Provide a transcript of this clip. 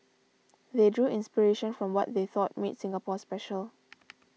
they drew inspiration from what they thought made Singapore special